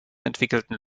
entwickelten